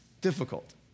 difficult